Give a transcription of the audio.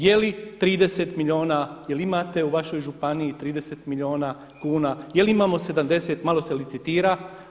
Je li 30 milijuna, je li imate u vašoj županiji 30 milijuna kuna, je li imamo 70, malo se licitira.